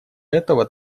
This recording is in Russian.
этого